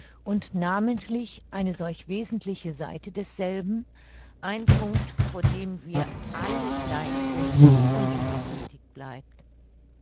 und namentlich eine solch wesentliche seite desselben ein punkt vor dem wir alle gleich sind unberücksichtigt bleibt